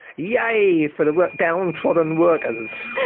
yeah yay for the down trodden workers.